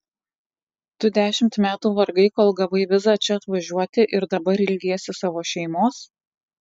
tu dešimt metų vargai kol gavai vizą čia atvažiuoti ir dabar ilgiesi savo šeimos